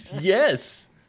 Yes